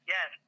Yes